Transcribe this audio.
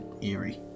Eerie